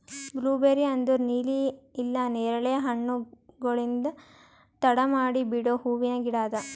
blueberry ಅಂದುರ್ ನೀಲಿ ಇಲ್ಲಾ ನೇರಳೆ ಹಣ್ಣುಗೊಳ್ಲಿಂದ್ ತಡ ಮಾಡಿ ಬಿಡೋ ಹೂವಿನ ಗಿಡ ಅದಾ